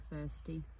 thirsty